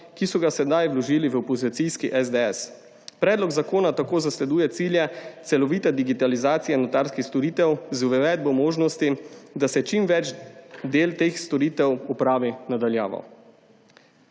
ki so ga sedaj vložili v opozicijski SDS. Predlog zakona tako zasleduje cilje celovite digitalizacije notarskih storitev z uvedbo možnosti, da se čim večji del teh storitev opravi na daljavo.